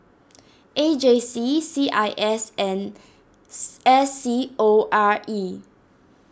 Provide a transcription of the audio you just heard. A J C C I S and S C O R E